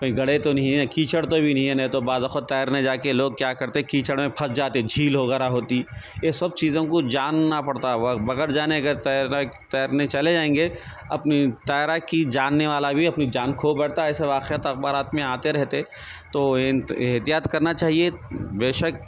کہیں گڑھے تو نہیں ہیں کیچڑ تو بھی نہیں ہے نہیں تو بعض وقت تیرنے جا کے لوگ کیا کرتے کیچڑ میں پھنس جاتے جھیل وغیرہ ہوتی یہ سب چیزوں کو جاننا پڑتا ہے وہ بغیر جانے کے تیراک تیرنے چلے جائیں گے اپنی تیراکی جاننے والا بھی اپنی جان کھو بیٹھتا ہے ایسے واقعات اخبارات میں آتے رہتے تو احتیاط کرنا چاہیے بیشک